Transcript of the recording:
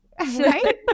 right